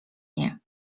nie